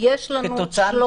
זה